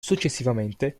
successivamente